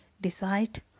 decide